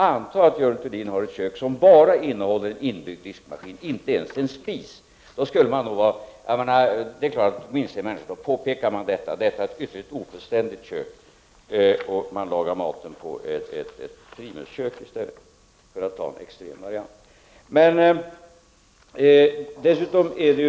Antag att Görel Thurdin har ett kök som bara innehåller inbyggd diskmaskin, inte ens en spis. Det är klart att människor inser att de bör påpeka detta. Detta är ett ytterligt ofullständigt kök, där man lagar maten på ett primuskök. Detta för att ta ett extremt exempel.